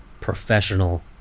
professional